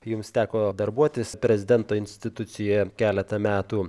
jums teko darbuotis prezidento institucijoje keletą metų